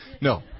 No